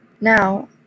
Now